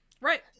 Right